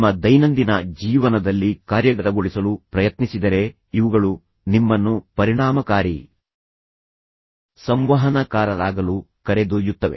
ನಿಮ್ಮ ದೈನಂದಿನ ಜೀವನದಲ್ಲಿ ಕಾರ್ಯಗತಗೊಳಿಸಲು ಪ್ರಯತ್ನಿಸಿದರೆ ಇವುಗಳು ನಿಮ್ಮನ್ನು ಪರಿಣಾಮಕಾರಿ ಸಂವಹನಕಾರರಾಗಲು ಕರೆದೊಯ್ಯುತ್ತವೆ